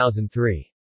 2003